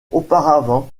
auparavant